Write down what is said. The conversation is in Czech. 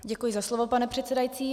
Děkuji za slovo, pane předsedající.